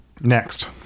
next